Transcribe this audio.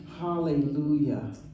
Hallelujah